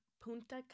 Punta